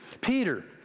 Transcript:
Peter